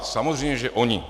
Samozřejmě že oni.